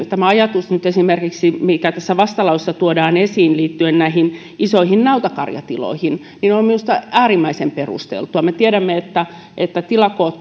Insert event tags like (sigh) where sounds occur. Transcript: (unintelligible) tämä ajatus mikä nyt tässä vastalauseessa tuodaan esiin liittyen näihin isoihin nautakarjatiloihin on minusta äärimmäisen perusteltu me tiedämme että että tilakoot (unintelligible)